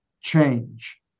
change